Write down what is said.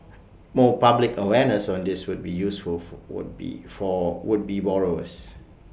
more public awareness on this would be useful full would be for would be borrowers